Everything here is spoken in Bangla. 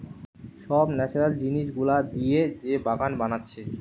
সব ন্যাচারাল জিনিস গুলা দিয়ে যে বাগান বানাচ্ছে